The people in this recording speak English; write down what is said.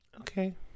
Okay